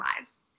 lives